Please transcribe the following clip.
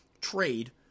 trade